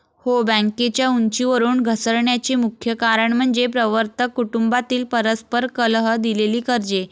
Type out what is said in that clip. हो, बँकेच्या उंचीवरून घसरण्याचे मुख्य कारण म्हणजे प्रवर्तक कुटुंबातील परस्पर कलह, दिलेली कर्जे